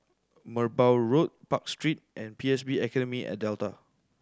Merbau Road Park Street and P S B Academy at Delta